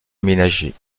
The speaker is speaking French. aménagés